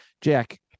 Jack